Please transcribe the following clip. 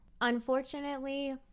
Unfortunately